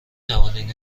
توانید